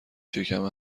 شکم